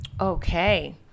Okay